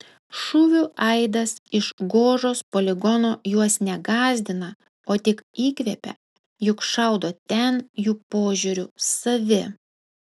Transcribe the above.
šūvių aidas iš gožos poligono juos ne gąsdina o tik įkvepia juk šaudo ten jų požiūriu savi